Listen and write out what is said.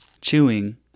Chewing